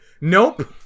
Nope